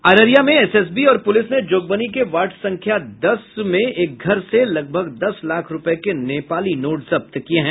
अररिया में एसएसबी और पुलिस ने जोगबनी के वार्ड संख्या दस में एक घर से लगभग दस लाख रूपये के नेपाली नोट जब्त किये हैं